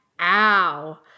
Ow